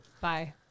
Bye